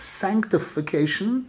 sanctification